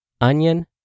Onion